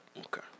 Okay